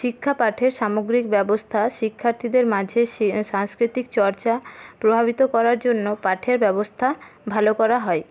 শিক্ষাপাঠের সামগ্রিক ব্যবস্থা শিক্ষার্থীদের মাঝে সাংস্কৃতিক চর্চা প্রভাবিত করার জন্য পাঠের ব্যবস্থা ভালো করা হয়